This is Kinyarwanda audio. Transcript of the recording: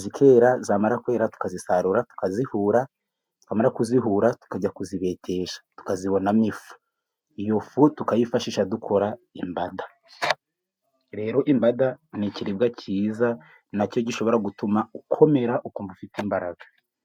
zikera, zamara kwera tukazisarura tukazihura, twamara kuzihura tukajya kuzibetesha, tukazibonamo ifu tukayifashisha dukora imbada. Rero imbada ni ikiribwa cyiza na cyo gishobora gutuma ukomera, ukumva ufite imbaraga.